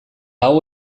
hau